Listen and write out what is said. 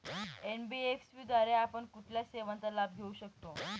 NBFC द्वारे आपण कुठल्या सेवांचा लाभ घेऊ शकतो?